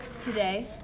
today